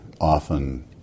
often